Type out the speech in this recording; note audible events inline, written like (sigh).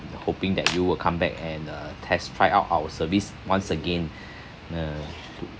hoping that you will come back and uh test try out our service once again (breath) uh to